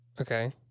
Okay